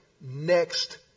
next